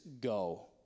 go